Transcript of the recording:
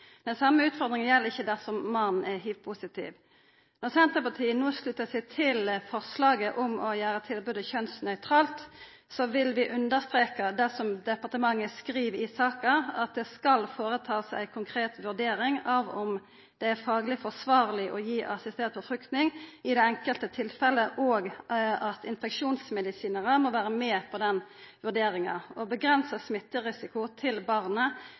Den same utfordringa gjeld ikkje dersom mannen er hiv-positiv. Når Senterpartiet no sluttar seg til forslaget om å gjera tilbodet kjønnsnøytralt, vil vi understreka det som departementet skriv i saka, at det skal gjerast ei konkret vurdering av om det er fagleg forsvarleg å gi assistert befruktning i det enkelte tilfellet, og at infeksjonsmedisinarar må vera med på denne vurderinga. Å avgrensa smitterisikoen til barnet